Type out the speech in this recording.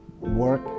work